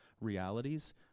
realities